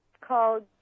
called